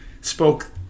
spoke